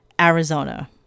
Arizona